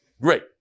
Great